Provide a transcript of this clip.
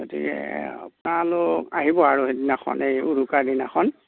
গতিকে আপোনালোক আহিব আৰু সেইদিনাখন এই উৰুকাৰ দিনাখন